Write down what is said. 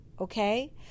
okay